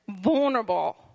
vulnerable